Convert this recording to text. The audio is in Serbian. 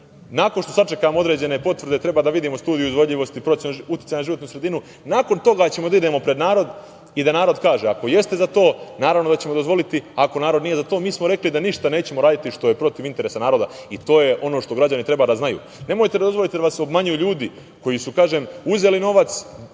nakon što sačekamo određene potvrde treba da vidimo studije izvodljivosti, procene uticaja na životnu sredinu. Nakon toga ćemo da idemo pred narod i da narod kaže ako jeste za to, naravno, da ćemo dozvoliti, ako narod nije za to mi smo rekli da ništa nećemo raditi što je protiv interesa naroda i to je ono što građani treba da znaju. Nemojte da dozvolite da vas obmanjuju ljudi koji su, kažem, uzeli novac,